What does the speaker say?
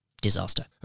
disaster